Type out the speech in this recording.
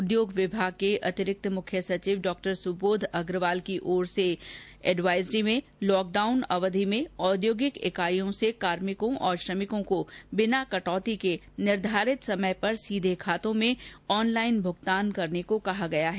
उद्योग विभाग के अतिरिक्त मुख्य सचिव डॉ सुबोध अग्रवाल की ओर से भी एडवाइजरी में लॉकडाउन अवधि में औद्योगिक इकाइयों से कार्मिकों और श्रमिकों को बिना कटौती के निर्धारित समय पर सीधे खातों में ऑनलाईन भूगतान करने को कहा गया है